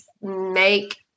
make